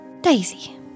Daisy